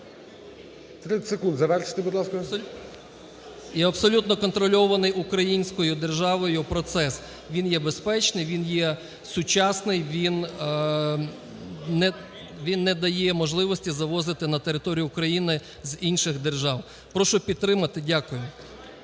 30 секунд завершити, будь ласка. СЕМЕРАК О.М. …і абсолютно контрольований українською державою процес. Він є безпечний, він є сучасний, він не дає можливості завозити на територію України з інших держав. Прошу підтримати. Дякую.